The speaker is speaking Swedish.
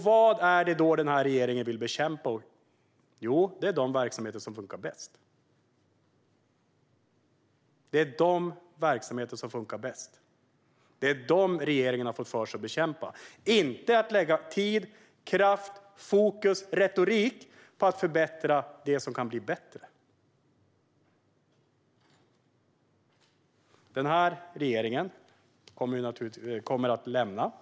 Vad är det då som regeringen vill bekämpa? Jo, det är de verksamheter som funkar bäst. Det är dem regeringen har fått för sig att bekämpa, inte att lägga tid, kraft, fokus och retorik på att förbättra det som kan bli bättre. Den här regeringen kommer att lämna Regeringskansliet.